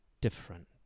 different